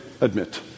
admit